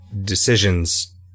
decisions